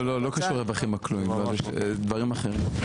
לא, לא קשור לרווחים הכלואים, זה דברים אחרים.